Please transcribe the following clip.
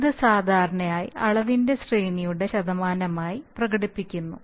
ഇത് സാധാരണയായി അളവിന്റെ ശ്രേണിയുടെ ശതമാനമായി പ്രകടിപ്പിക്കുന്നു